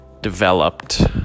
developed